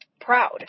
proud